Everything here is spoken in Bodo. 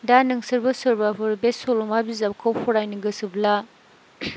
दा नोंसोरबो सोरबाफोर बे सल'मा बिजाबखौ फरायनो गोसोब्ला